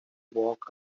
walk